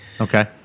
okay